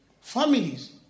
Families